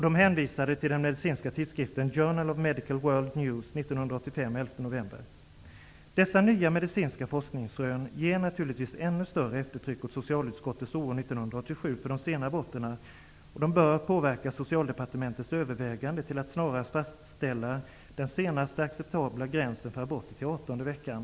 De hänvisade till den medicinska tidskriften Journal of Medical World News från den Dessa nya medicinska forskningsrön ger naturligtvis ännu större eftertryck åt socialutskottets oro 1987 över de sena aborterna. De bör påverka Socialdepartementets överväganden att snarast fastställa den senaste acceptabla gränsen för aborter till 18:e veckan.